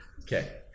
Okay